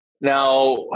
Now